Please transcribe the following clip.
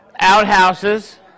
Outhouses